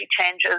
changes